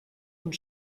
und